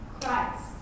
Christ